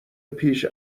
پیش